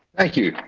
thank you.